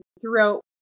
throughout